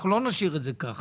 אנחנו לא נשאיר את זה ככה.